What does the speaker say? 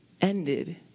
ended